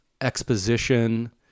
exposition